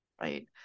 right